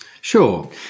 Sure